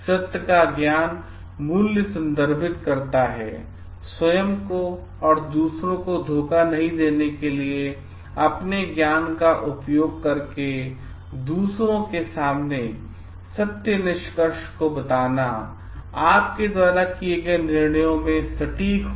सत्य का ज्ञान मूल्य संदर्भित करता है स्वयं को और दूसरों को धोखा नहीं देने के लिए अपने ज्ञान का उपयोग करके दूसरों के सामने सत्य निष्कर्ष को बताना आपके द्वारा किए गए निर्णयों में सटीक होना